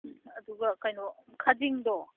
ꯑꯗꯨꯒ ꯀꯩꯅꯣ ꯈꯖꯤꯡꯗꯣ